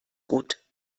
gut